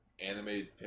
animated